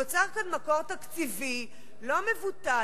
נוצר כאן מקור תקציבי לא מבוטל,